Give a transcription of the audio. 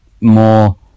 more